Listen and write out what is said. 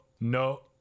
no